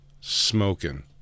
Smoking